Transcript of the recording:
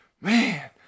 man